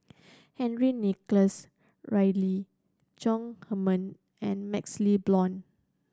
Henry Nicholas Ridley Chong Heman and MaxLe Blond